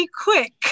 quick